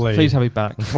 like please have me back.